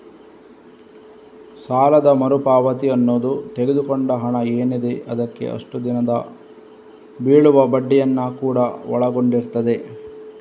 ಸಾಲದ ಮರು ಪಾವತಿ ಅನ್ನುದು ತಗೊಂಡ ಹಣ ಏನಿದೆ ಅದಕ್ಕೆ ಅಷ್ಟು ದಿನಕ್ಕೆ ಬೀಳುವ ಬಡ್ಡಿಯನ್ನ ಕೂಡಾ ಒಳಗೊಂಡಿರ್ತದೆ